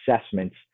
assessments